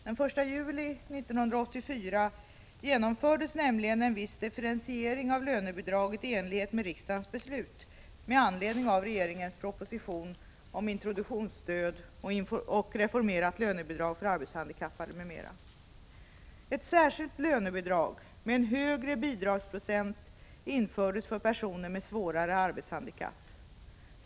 Den 1juli 1984 genomfördes nämligen en viss differentiering av lönebidraget i enlighet med riksdagens beslut om introduktionsstöd och reformerat lönebidrag för arbetshandikappade m.m. Ett särskilt lönebidrag med en högre bidragsprocent infördes för personer med svårare arbetshandikapp.